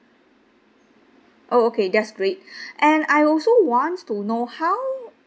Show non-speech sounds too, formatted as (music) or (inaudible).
oh okay that's great (breath) and I also want to know how